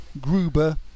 Gruber